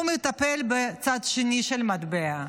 הוא מטפל בצד השני של המטבע,